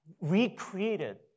recreated